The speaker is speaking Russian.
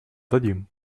дадим